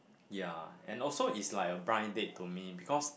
ya and also is like a blind date to me because